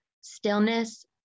stillness